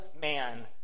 man